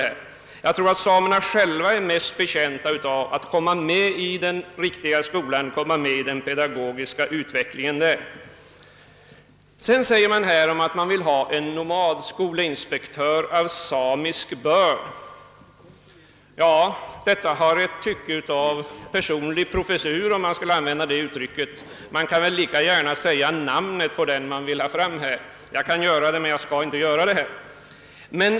Jag är övertygad om att samerna själva är mest betjänta av att komma med i den riktiga skolan och den pedagogiska utvecklingen där. Vidare har det sagts att man vill ha en nomadskolinspektör av samisk börd. Detta har enligt min mening ett tycke av »personlig professur». Man kan väl lika gärna säga namnet på den man vill föra fram, Jag kan göra det men jag skall avstå.